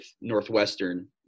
Northwestern